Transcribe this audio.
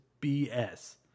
BS